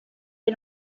est